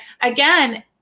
again